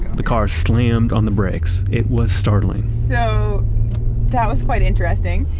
the car slammed on the brakes. it was startling so that was quite interesting.